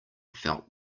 felt